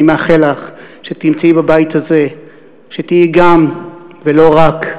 אני מאחל לך שתמצאי בבית הזה שתהיי "גם" ולא "רק",